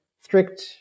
strict